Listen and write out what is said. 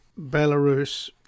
Belarus